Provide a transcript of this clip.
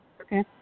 Okay